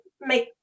make